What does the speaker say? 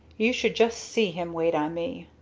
you should just see him wait on me!